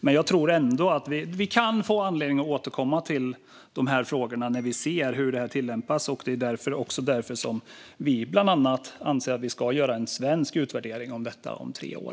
Men jag tror ändå att vi kan få anledning att återkomma till dessa frågor när vi ser hur detta tillämpas. Det är också därför som vi bland andra anser att vi ska göra en svensk utvärdering av detta om tre år.